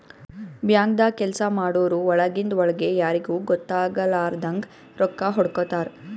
ಬ್ಯಾಂಕ್ದಾಗ್ ಕೆಲ್ಸ ಮಾಡೋರು ಒಳಗಿಂದ್ ಒಳ್ಗೆ ಯಾರಿಗೂ ಗೊತ್ತಾಗಲಾರದಂಗ್ ರೊಕ್ಕಾ ಹೊಡ್ಕೋತಾರ್